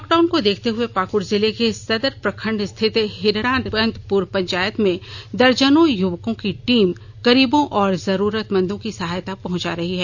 lockdown को देखते हुए पाक्ड़ जिले के सदर प्रखंड स्थित हिरानंदपुर पंचायत में दर्जनों युवकों की टीम गरीबों और जरूरतमंदों को सहायता पहुंचा रही है